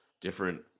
different